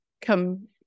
come